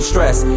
Stress